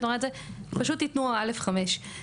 פשוט תיתנו (א)(5).